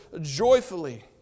joyfully